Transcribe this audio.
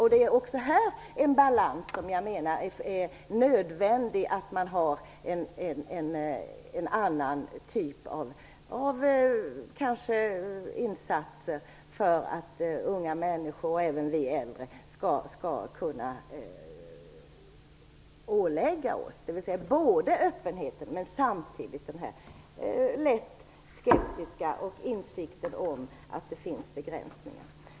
Här är också en balans nödvändig, kanske en annan typ av insats, för att unga människor och även vi äldre skall kunna ålägga oss öppenheten, men samtidigt den här lätt skeptiska insikten om att det finns begränsningar.